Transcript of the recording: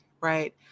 right